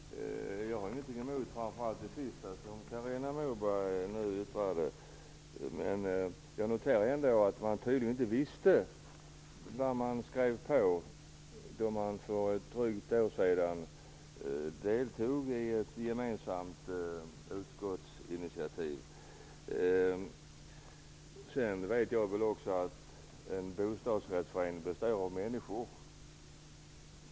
Herr talman! Jag har inget emot det som Carina Moberg yttrade, framför allt inte det sista. Jag noterar ändå att man tydligen inte visste vad man skrev på då man för drygt ett år sedan deltog i ett gemensamt utskottsinitiativ. Jag vet nog också att en bostadrättsförening består av människor.